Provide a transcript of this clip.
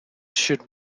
should